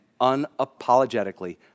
unapologetically